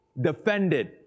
defended